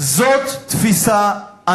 אדוני היושב-ראש, זו תפיסה אנטי-חברתית.